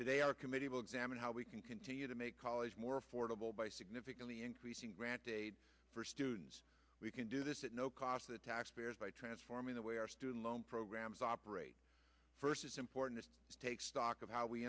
today our committee will examine how we can continue to make college more affordable by significantly increasing granted for students we can do this at no cost to taxpayers by transforming the way our student loan programs operate first it's important to take stock of how we